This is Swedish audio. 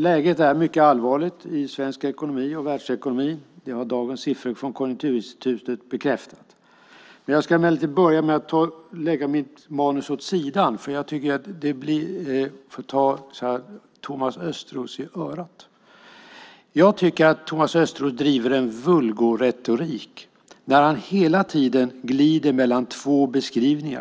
Läget är mycket allvarligt i svensk ekonomi och i världsekonomin. Det har dagens siffror från Konjunkturinstitutet bekräftat. Jag ska emellertid börja med att lägga mitt manus åt sidan för att ta Thomas Östros i örat. Jag tycker att Thomas Östros driver en vulgoretorik när han hela tiden glider mellan två beskrivningar.